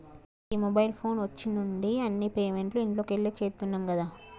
గీ mobile phone వచ్చిన్నుండి అన్ని పేమెంట్లు ఇంట్లకెళ్లే చేత్తున్నం గదా